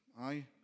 Aye